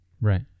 Right